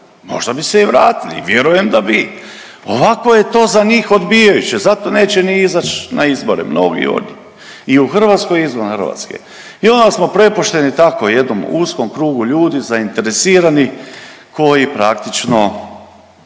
možda bi se i vratili, vjerujem da bi. Ovako je to za njih odbijajuće, zato neće ni izaći na izbore, mnogi od njih i u Hrvatskoj i izvan Hrvatske. I onda smo prepušteni tako jednom uskom krugu ljudi zainteresiranih koji praktično,